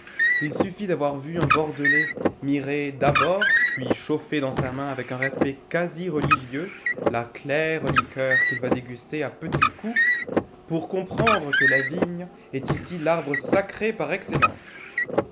il suffit d'avoir vu un bordelais mirer d'abord puis chauffer dans sa main avec un respect quasi religieux la claire liqueur qu'il va déguster à petits coups pour comprendre que la vigne est ici l'arbre sacré par excellence